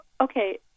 Okay